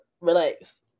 Relax